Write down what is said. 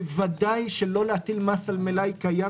בוודאי שלא להטיל מס על מלאי קיים,